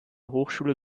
hochschule